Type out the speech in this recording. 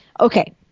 Okay